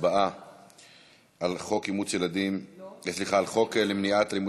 עכשיו להצבעה על הצעת חוק למניעת אלימות